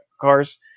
cars